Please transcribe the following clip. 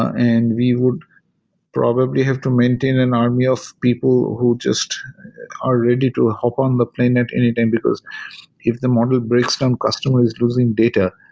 and we would probably have to maintain an army of people who just are ready to ah hop on the plane at any time, because if the model breaks down, customer is losing data,